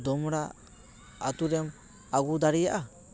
ᱫᱚᱢᱲᱟ ᱟᱛᱳᱨᱮᱢ ᱟᱹᱜᱩ ᱫᱟᱲᱮᱭᱟᱜᱼᱟ